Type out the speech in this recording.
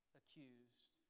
accused